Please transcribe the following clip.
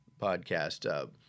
podcast